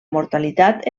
mortalitat